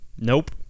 Nope